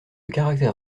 caractère